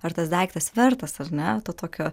ar tas daiktas vertas ar ne to tokio